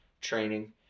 training